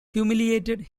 humiliated